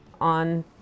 On